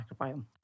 microbiome